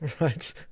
right